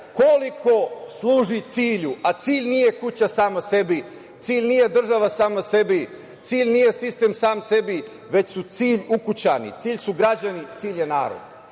koliko služi cilju, a cilj nije kuća sama sebi, cilj nije država sama sebi, cilj nije sistem sam sebi, već su cilj ukućani, cilj su građani, cilj je